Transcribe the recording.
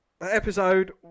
Episode